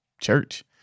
church